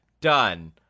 done